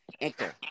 Anchor